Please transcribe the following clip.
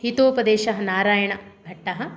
हितोपदेशः नारायणभट्टः